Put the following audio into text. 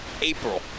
April